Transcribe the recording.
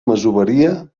masoveria